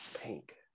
Pink